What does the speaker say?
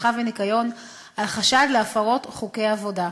אבטחה וניקיון על חשד להפרות חוקי עבודה,